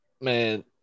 Man